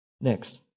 Next